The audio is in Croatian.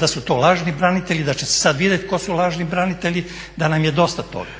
Da su to lažni branitelji, da će se sada vidjeti tko su lažni branitelji, da nam je dosta toga.